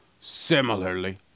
Similarly